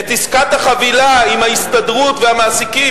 את עסקת החבילה עם ההסתדרות והמעסיקים,